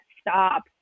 stop